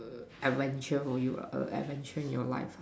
adventure for you ah adventure in your life ah